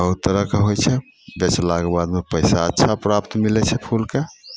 बहुत तरहके होइ छै बेचलाके बादमे पैसा अच्छा प्राप्त मिलै छै फूलके